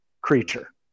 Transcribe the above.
creature